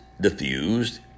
diffused